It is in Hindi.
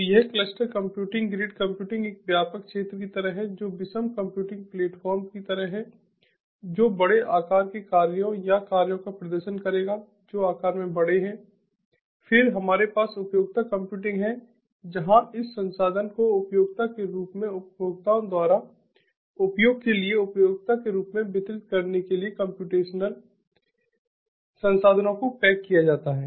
तो यह क्लस्टर कंप्यूटिंग ग्रिड कंप्यूटिंग एक व्यापक क्षेत्र की तरह है जो विषम कंप्यूटिंग प्लेटफॉर्म की तरह है जो बड़े आकार के कार्यों या कार्यों का प्रदर्शन करेगा जो आकार में बड़े हैं फिर हमारे पास उपयोगिता कंप्यूटिंग है जहां इस संसाधन को उपयोगिता के रूप में उपभोक्ताओं द्वारा उपयोग के लिए उपयोगिता के रूप में वितरित करने के लिए कम्प्यूटेशनल संसाधनों को पैक किया जाता है